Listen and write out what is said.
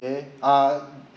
okay uh